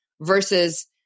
versus